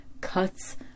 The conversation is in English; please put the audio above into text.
cuts